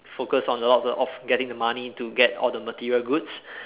focus on a lot of getting the money to get all the material goods